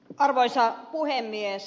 arvoisa puhemies